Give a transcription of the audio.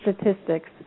statistics